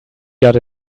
got